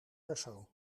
persoon